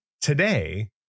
Today